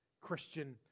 Christian